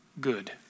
good